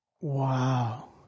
Wow